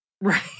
Right